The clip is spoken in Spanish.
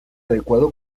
adecuado